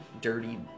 dirty